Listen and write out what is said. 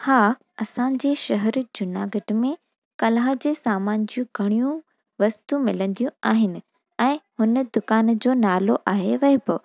हा असांजे शहर जूनागढ़ में कला जे सामान जूं घणियूं वस्तू मिलंदियूं आहिनि ऐं हुन दुकानु जो नालो आहे वैभव